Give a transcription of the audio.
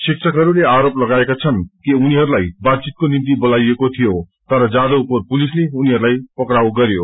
शिक्षकहरूले आरोप लगाएका छन् कि उनीहरूलाई बातघितको निम्ति बोलाईएको थियो तर जादवपुर पुलसिले उनीहरूलाई पक्राउ गरयो